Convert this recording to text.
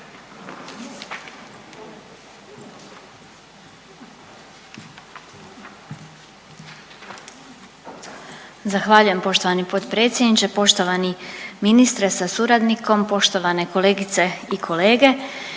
Zahvaljujem poštovani potpredsjedniče, poštovana tajnice sa suradnicima, kolegice i kolege.